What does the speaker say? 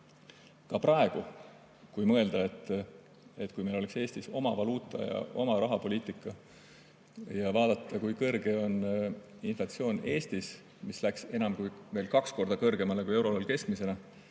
Ka praegu, kui mõelda, et kui meil oleks Eestis oma valuuta ja oma rahapoliitika, ja vaadata, kui kõrge on inflatsioon Eestis – see läks enam kui kaks korda kõrgemale kui euroalal keskmisena